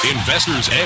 Investor's